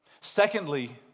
Secondly